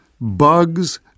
bugs